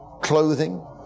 clothing